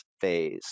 phase